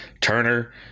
Turner